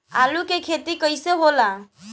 आलू के खेती कैसे होला?